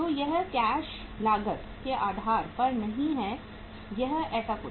तो यह कैश लागत के आधार पर नहीं है या ऐसा कुछ